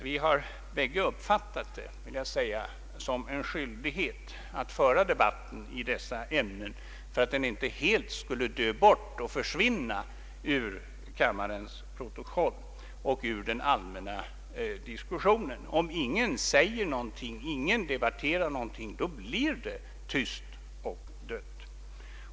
Vi har båda uppfattat det som en skyldighet att föra debatt i dessa ämnen så att den inte helt skulle dö bort eller försvinna ur kammarens protokoll och ur den allmänna diskussionen. Om ingen debatterar någonting blir det tyst och dött.